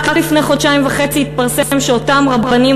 רק לפני חודשיים וחצי התפרסם שאותם רבנים